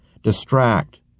distract